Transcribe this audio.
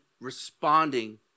responding